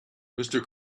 mister